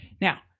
Now